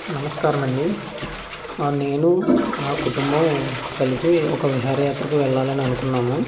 నమస్కారమండీ నేను నా కుటుంబం కలిసి ఒక విహార యాత్రకు వెళ్ళాలని అనుకున్నాము